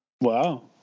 Wow